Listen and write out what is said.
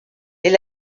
est